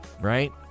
right